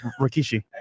Rikishi